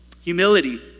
humility